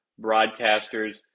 broadcasters